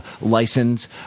license